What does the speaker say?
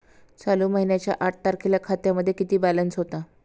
चालू महिन्याच्या आठ तारखेला खात्यामध्ये किती बॅलन्स होता?